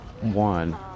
One